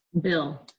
bill